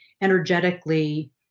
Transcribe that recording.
energetically